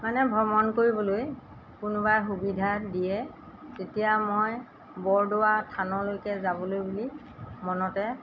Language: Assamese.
মানে ভ্ৰমণ কৰিবলৈ কোনোবাই সুবিধা দিয়ে তেতিয়া মই বৰদোৱা থানলৈকে যাবলৈ বুলি মনতে